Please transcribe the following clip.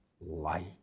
light